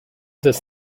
this